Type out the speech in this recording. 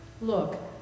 Look